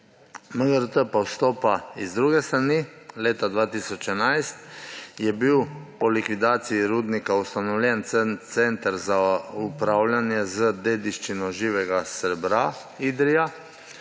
MGRT pa vstopa iz druge strani, leta 2011 je bil po likvidaciji rudnika ustanovljen Center za upravljanje z dediščino živega srebra Idrija.